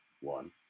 one